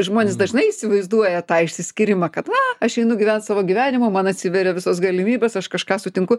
žmonės dažnai įsivaizduoja tą išsiskyrimą kad va aš einu gyvent savo gyvenimą man atsiveria visos galimybės aš kažką sutinku